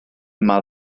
yma